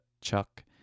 chuck